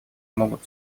могут